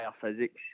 physics